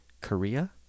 Korea